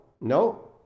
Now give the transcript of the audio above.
no